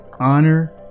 honor